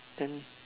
then